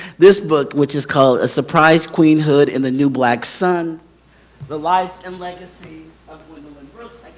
this book which is called a surprised queenhood in the new black sun the life and legacy of gwendolyn brooks.